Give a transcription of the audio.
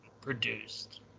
produced